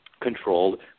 controlled